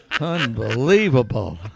Unbelievable